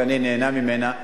ואני נהנה ממנה,